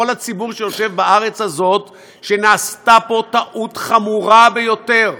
הציבור שיושב בארץ הזאת שנעשתה פה טעות חמורה ביותר,